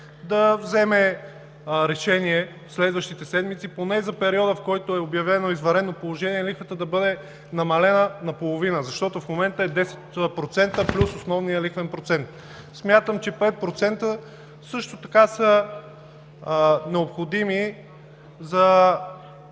да вземе решение в следващите седмици поне за периода, в който е обявено извънредно положение, лихвата да бъде намалена наполовина. Защото в момента основният лихвен процент е 10% плюс. Смятам, също така че 5% са необходими и